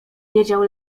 wiedział